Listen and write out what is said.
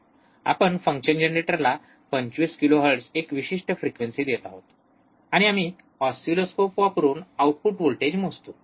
आपण फंक्शन जनरेटरला 25 किलोहर्ट्झ एक विशिष्ट फ्रिक्वेंसी देत आहोत आणि आम्ही ऑसिलोस्कोप वापरून आउटपुट व्होल्टेज मोजतो